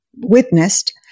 witnessed